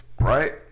right